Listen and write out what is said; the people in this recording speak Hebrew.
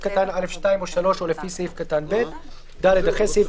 קטן (א)(2) או (3) או לפי סעיף קטן (ב)"; (ד)אחרי סעיף